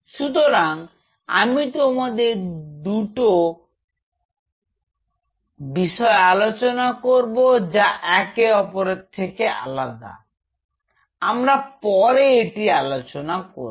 সুতরাং আমি তোমাদের দুটো তার আলোচনা করব যা একে অপর থেকে আলাদা আমরা পরে তিনি আলোচনা করব